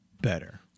better